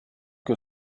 que